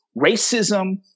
Racism